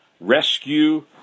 rescue